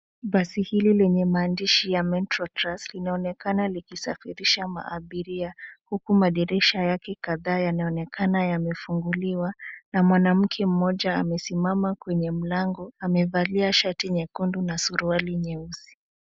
Basi hili lenye maandishi ya metro trans , linaonekana likisafirisha maabiria, huku madirisha yake kadhaa yanaonekana yamefunguliwa, na mwanamke mmoja amesimama kwenye mlango, amevalia shati nyekundu, na suruali nyeusi.